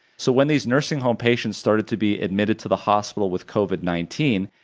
so when these nursing home patients started to be admitted to the hospital with covid nineteen,